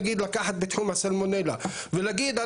נגיד לקחת בתחום הסלמונלה ולהגיד,